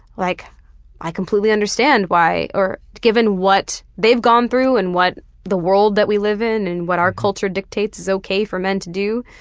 like i completely understand. or, given what they've gone through and what the world that we live in and what our culture dictates is okay for men to do